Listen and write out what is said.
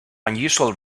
unusual